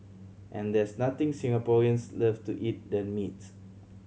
and there's nothing Singaporeans love to eat than meats